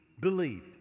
believed